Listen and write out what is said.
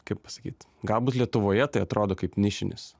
kaip pasakyt galbūt lietuvoje tai atrodo kaip nišinis